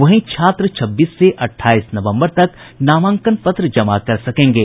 वहीं छात्र छब्बीस से अठाईस नवम्बर तक नामांकन पत्र जमा कर सकेंगे